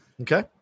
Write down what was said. Okay